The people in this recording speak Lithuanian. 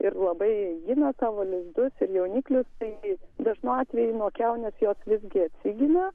ir labai gina savo lizdus ir jauniklius taigi dažnu atveju nuo kiaunės jos visgi atsigina